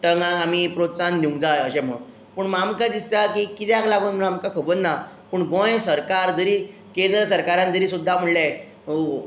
प्रोत्साहन दिवंक जाय अशें म्हणोन पूण आमकां दिसता कित्याक लागून म्हूण आमकां खबर ना पूण गोंय सरकार जरी केंद्र सरकाराक जरी सुद्दां म्हणलें